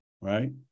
Right